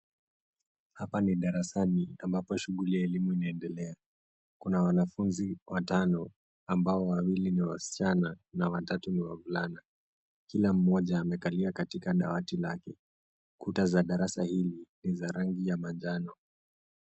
Hapa ni darasani ambapo shughuli ya elimu inaendelea. Kuna wanafunzi watano, ambao wawili ni wasichana na watatu ni wavulana. Kila mmoja amekalia katika dawati lake. Kuta za darasa hili ni za rangi ya manjano.